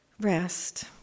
rest